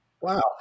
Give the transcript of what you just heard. Wow